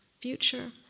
future